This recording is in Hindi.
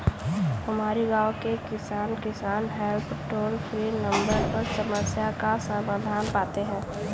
हमारे गांव के किसान, किसान हेल्प टोल फ्री नंबर पर समस्या का समाधान पाते हैं